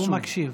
הוא מקשיב.